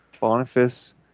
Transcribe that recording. Boniface